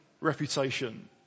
reputation